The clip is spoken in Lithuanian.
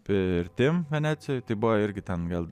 pirtim venecijoje tai buvo irgi ten vėl